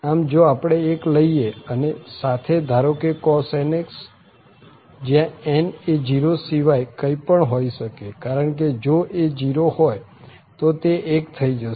આમ જો આપણે 1 લઈએ અને સાથે ધારો કે cos nx જ્યાં n એ 0 સિવાય કંઈ પણ હોઈ શકે કારણ કે જો એ 0 હોય તો તે 1 થઇ જશે